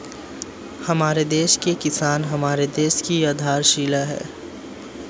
हमारे देश के किसान हमारे देश की आधारशिला है